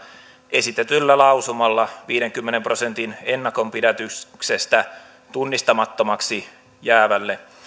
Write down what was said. esitetyllä lausumalla viidenkymmenen prosentin ennakonpidätyksestä tunnistamattomaksi jäävälle